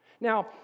Now